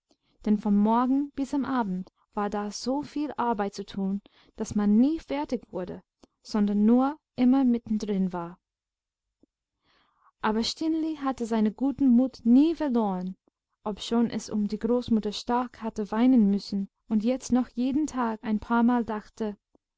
denn vom morgen bis am abend war da so viel arbeit zu tun daß man nie fertig wurde sondern nur immer mittendrin war aber stineli hatte seinen guten mut nie verloren obschon es um die großmutter stark hatte weinen müssen und jetzt noch jeden tag ein paarmal dachte